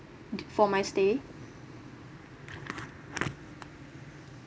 for my stay